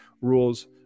rules